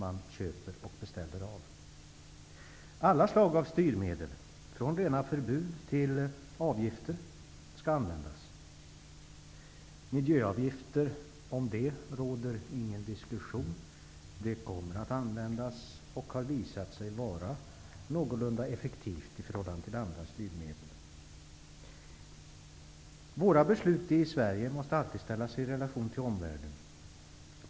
Alla slag av styrmedel, från rena förbud till avgifter, skall användas. Om miljöavgifter råder ingen diskussion. De kommer att användas, och de har visat sig vara någorlunda effektiva i förhållande till andra styrmedel. Våra beslut i Sverige måste alltid ställas i relation till omvärlden.